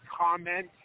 comment